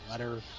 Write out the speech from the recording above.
Letter